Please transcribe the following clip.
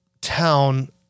town